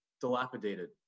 dilapidated